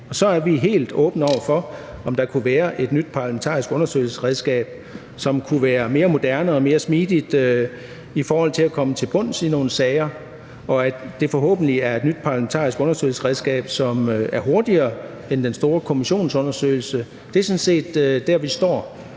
så er vi helt åbne over for, om der kunne være et nyt parlamentarisk undersøgelsesredskab, som kunne være mere moderne og mere smidigt i forhold til at komme til bunds i nogle sager – og forhåbentlig er det et nyt parlamentarisk undersøgelsesredskab, som er hurtigere end den store kommissionsundersøgelse. Det er sådan set der, vi står.